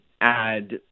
add